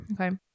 Okay